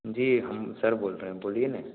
जी हम सर बोल रहें बोलिए ना